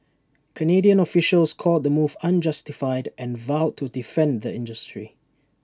Canadian officials called the move unjustified and vowed to defend the industry